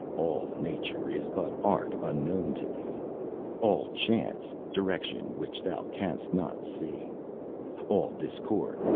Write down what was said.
all nature is but art, unknown to thee all chance, direction which thou canst not see all discord,